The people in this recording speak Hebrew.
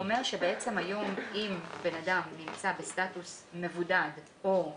זה אומר שבעצם היום אם בן אדם נמצא בסטטוס מבודד או מאומת,